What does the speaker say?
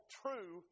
true